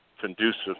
conducive